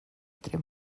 tre